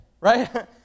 right